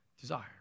desire